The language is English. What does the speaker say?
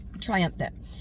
triumphant